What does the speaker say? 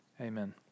Amen